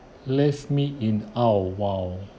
leave me in oh !wow!